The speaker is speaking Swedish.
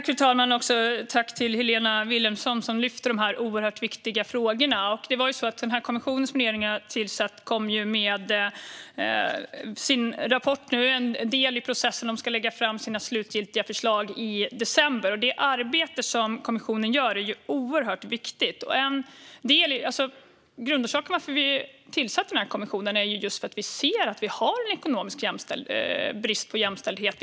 Fru talman! Jag tackar Helena Vilhelmsson som lyfter fram dessa oerhört viktiga frågor. Den kommission som regeringen har tillsatt kom nyligen med sin rapport, som är en del i processen. Den ska lägga fram sina slutgiltiga förslag i december. Det arbete som kommissionen gör är oerhört viktigt. Grundorsaken till att vi tillsatte denna kommission är att vi ser att vi har brist på ekonomisk jämställdhet.